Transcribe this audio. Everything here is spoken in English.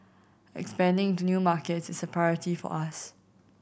expanding into new markets is a priority for us